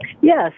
Yes